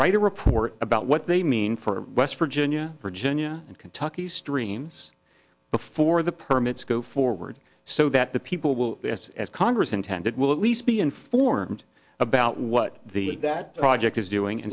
write a report about what they mean for west virginia virginia and kentucky streams before the permits go forward so that the people will as congress intended will at least be informed about what the that project is doing